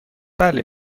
بله